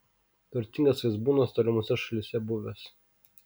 turtingas vaizbūnas tolimose šalyse buvęs